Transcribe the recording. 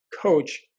coach